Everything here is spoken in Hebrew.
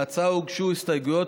להצעה הוגשו הסתייגויות.